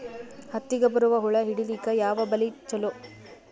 ಹತ್ತಿಗ ಬರುವ ಹುಳ ಹಿಡೀಲಿಕ ಯಾವ ಬಲಿ ಚಲೋ?